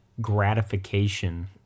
gratification